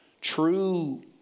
true